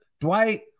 Dwight